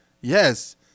Yes